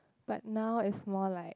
but now is more like